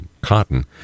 cotton